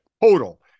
Total